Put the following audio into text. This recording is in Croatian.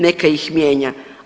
Neka ih mijenja.